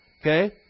Okay